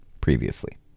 previously